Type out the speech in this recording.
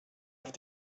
auf